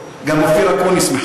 גם אופיר אקוניס מתנגד.